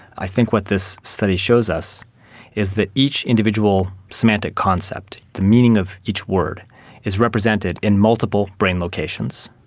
i think what this study shows us is that each individual semantic concept, the meaning of each word is represented in multiple brain locations.